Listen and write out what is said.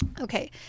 okay